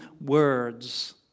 words